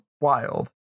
Wild